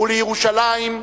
ולירושלים,